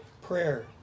prayer